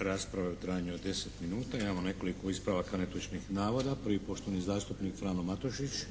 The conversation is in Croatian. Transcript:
rasprave u trajanju od 10 minuta. Imamo nekoliko ispravaka netočnih navoda. Prvi. Poštovani zastupnik Frano Matušić.